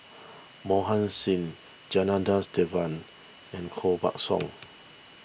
Mohan Singh Janadas Devan and Koh Buck Song